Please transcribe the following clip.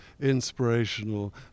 inspirational